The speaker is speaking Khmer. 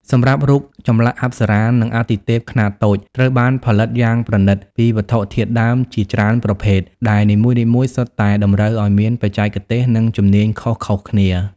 សម្រាប់ រូបចម្លាក់អប្សរា និងអាទិទេពខ្នាតតូច ត្រូវបានផលិតយ៉ាងប្រណិតពីវត្ថុធាតុដើមជាច្រើនប្រភេទ ដែលនីមួយៗសុទ្ធតែតម្រូវឱ្យមានបច្ចេកទេស និងជំនាញខុសៗគ្នា។